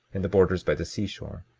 in the borders by the seashore,